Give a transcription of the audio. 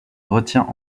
retient